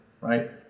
right